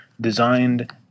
designed